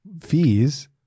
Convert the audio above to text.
fees